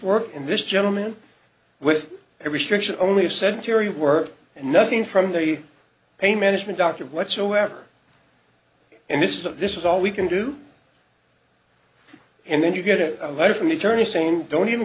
work in this gentleman with every stricture only of sedentary work and nothing from the pain management doctor whatsoever and this is of this is all we can do and then you get a letter from the attorney same don't even